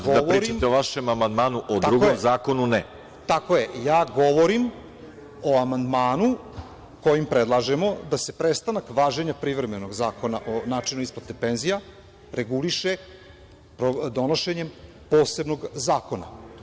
Možete da pričate o vašem amandmanu, o drugom zakonu ne.) Tako je, ja govorim o amandmanu kojim predlažemo da se prestanak važenja privremenog zakona o načinu isplate penzija reguliše donošenjem posebnog zakona.